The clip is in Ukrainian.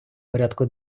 порядку